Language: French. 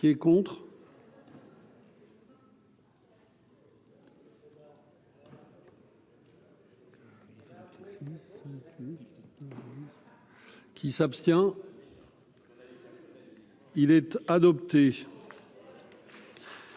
Qui est contre. Qui s'abstient, il est adopté,